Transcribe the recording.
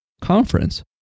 conference